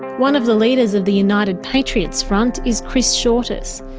one of the leaders of the united patriots front is chris shortis.